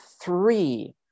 Three